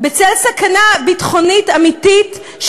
בצל סכנה ביטחונית אמיתית,